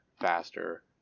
faster